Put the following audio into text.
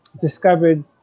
discovered